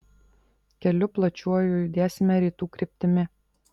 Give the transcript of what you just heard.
keliu plačiuoju judėsime rytų kryptimi